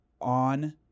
on